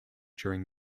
during